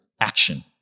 action